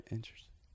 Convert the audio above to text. Interesting